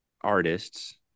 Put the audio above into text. artists